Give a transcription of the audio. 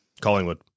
Collingwood